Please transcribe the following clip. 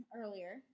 earlier